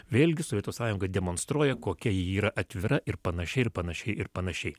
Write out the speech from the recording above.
vėlgi sovietų sąjunga demonstruoja kokia ji yra atvira ir panašiai ir panašiai ir panašiai